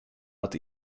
att